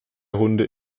hunde